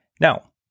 Now